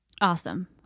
Awesome